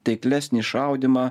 taiklesnį šaudymą